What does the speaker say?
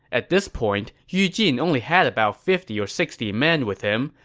at this point, yu jin only had about fifty or sixty men with him.